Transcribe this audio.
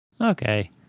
Okay